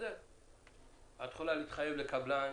את יכולה להתחייב לקבלן,